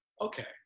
Okay